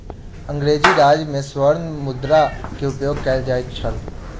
अंग्रेजी राज में स्वर्ण मुद्रा के उपयोग कयल जाइत छल